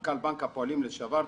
מנכ"ל בנק הפועלים לשעבר,